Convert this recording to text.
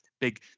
big